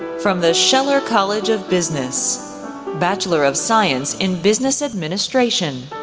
from the scheller college of business bachelor of science in business administration.